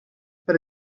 per